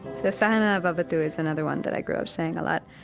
the sahanaa vavatu is another one that i grew up saying a lot,